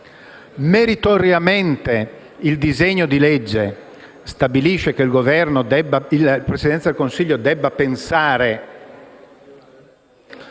Meritoriamente, il disegno di legge in esame stabilisce che la Presidenza del Consiglio debba pensare